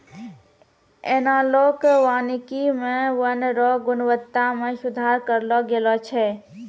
एनालाँक वानिकी मे वन रो गुणवत्ता मे सुधार करलो गेलो छै